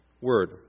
word